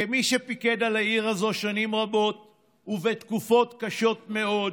כמי שפיקד על העיר הזאת שנים רבות ובתקופות קשות מאוד,